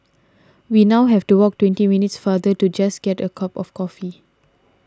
we now have to walk twenty minutes farther just to get a cup of coffee